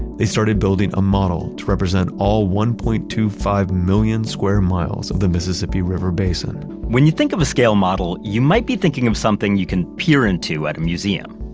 they started building a model to represent all one point two five million square miles of the mississippi river basin when you think of a scale model, you might be thinking of something you can peer into at a museum.